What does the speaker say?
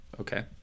Okay